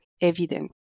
evident